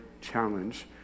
challenge